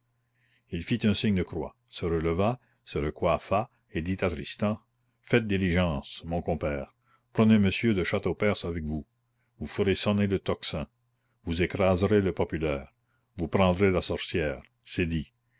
il fit un signe de croix se releva se recoiffa et dit à tristan faites diligence mon compère prenez monsieur de châteaupers avec vous vous ferez sonner le tocsin vous écraserez le populaire vous pendrez la sorcière c'est dit